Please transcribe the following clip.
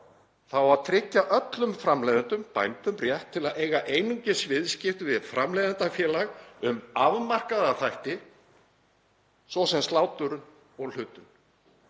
á að tryggja öllum framleiðendum, bændum, rétt til að eiga einungis viðskipti við framleiðendafélag um afmarkaða þætti, svo sem slátrun og hlutun.